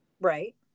right